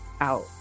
out